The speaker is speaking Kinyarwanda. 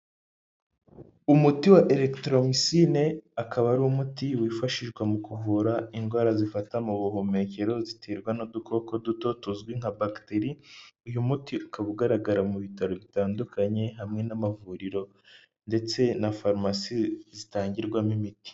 Umuti wa elekitoromisine akaba ari umuti wifashishwa mu kuvura indwara zifata mu buhumekero, ziterwa n'udukoko duto tuzwi nka bakiteri, uyu muti ukaba ugaragara mu bitaro bitandukanye, hamwe n'amavuriro, ndetse na farumasi zitangirwamo imiti.